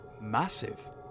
massive